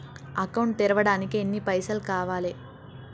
Account తెరవడానికి ఎన్ని పైసల్ కావాలే?